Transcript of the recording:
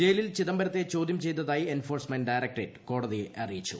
ജയിലിൽ ചിദംബരത്തെ ചോദ്യം ചെയ്തതായി എൻഫോഴ്സ്മെന്റ് ഡയറക്ടറേറ്റ് കോടതിയെ അറിയിച്ചു